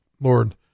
Lord